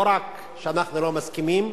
לא רק שאנחנו לא מסכימים,